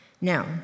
Now